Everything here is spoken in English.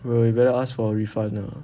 bro you better ask for a refund ah